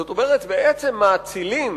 זאת אומרת, בעצם מאצילים